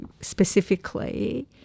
specifically